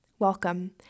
Welcome